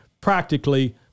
practically